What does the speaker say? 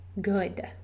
good